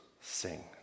sing